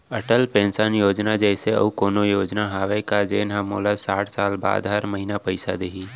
Atal pension Yojana जइसे अऊ कोनो योजना हावे का जेन ले मोला साठ साल बाद हर महीना पइसा दिही?